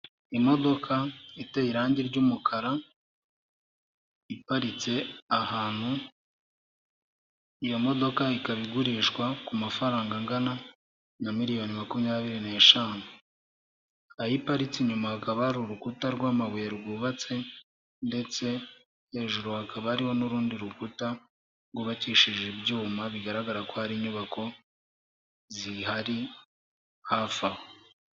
Imodoka iteye irangi ry'umukara iparitse ahantu iyo modoka ikaba igurishwa ku mafaranga angana na miliyoni makumyabiri neshanu aho iparitse nyuma hakaba hari urukuta rw'amabuye rwubatse ndetse hejuru hakaba hariho n'urundi rukuta rwubakishije ibyuma bigaragara ko hari inyubako zihari hafi